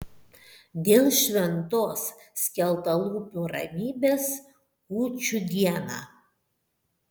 dėl šventos skeltalūpių ramybės kūčių dieną